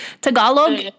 Tagalog